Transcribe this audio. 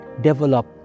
develop